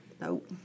Nope